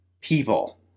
people